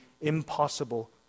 impossible